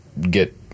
get –